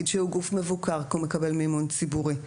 שהוא גוף מבוקר כי הוא מקבל מימון ציבורי.